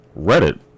Reddit